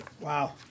Wow